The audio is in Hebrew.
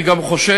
אני גם חושב,